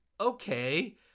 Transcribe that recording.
okay